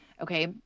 Okay